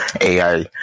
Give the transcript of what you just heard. AI